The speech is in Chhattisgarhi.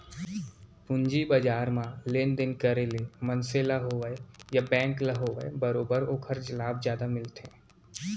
पूंजी बजार म लेन देन करे ले मनसे ल होवय या बेंक ल होवय बरोबर ओखर लाभ जादा मिलथे